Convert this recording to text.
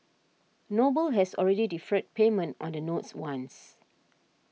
Noble has already deferred payment on the notes once